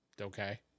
Okay